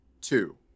two